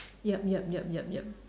yup yup yup yup yup